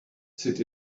sit